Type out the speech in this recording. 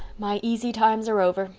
my easy times are over.